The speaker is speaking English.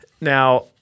Now